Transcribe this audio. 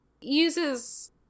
uses –